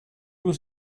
was